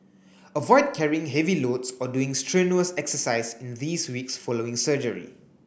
avoid carrying heavy loads or doing strenuous exercise in these weeks following surgery